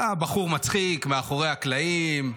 אתה בחור מצחיק מאחורי הקלעים,